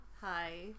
Hi